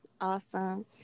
Awesome